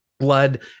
blood